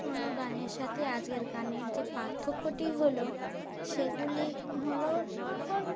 পুরনো গানের সাথে আজকের গানের যে পার্থক্যটি হলো সেগুলি হলো এখন